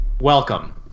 Welcome